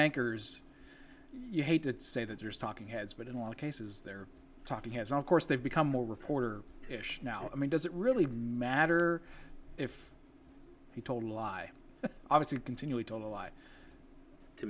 anchors you hate to say that there's talking heads but in a lot of cases their talking has of course they've become more reporter now i mean does it really matter if he told a lie obviously continually told a lie to